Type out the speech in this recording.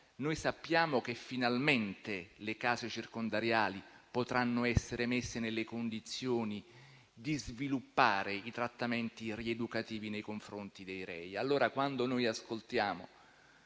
noi sappiamo che finalmente le case circondariali potranno essere messe nelle condizioni di sviluppare i trattamenti rieducativi nei confronti dei rei.